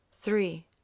three